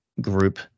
group